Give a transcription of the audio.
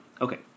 Okay